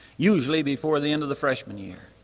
usually before the end of the freshman year.